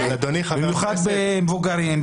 במיוחד במבוגרים,